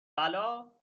بلا